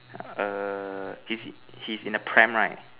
err is it he's in a pram right